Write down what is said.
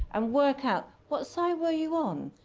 um work out, what side were you on?